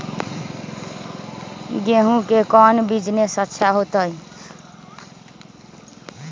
गेंहू के कौन बिजनेस अच्छा होतई?